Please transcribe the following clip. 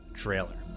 trailer